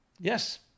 Yes